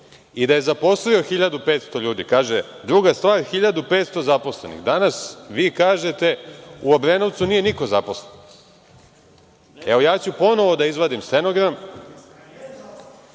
i da je zaposlio 1.500 ljudi. Kaže, druga stvar – 1.500 zaposlenih. Danas vi kažete – u Obrenovcu nije niko zaposlen. Evo, ponovo ću da izvadim stenogram.(Radoslav